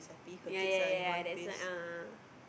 ya ya ya ya that's why ah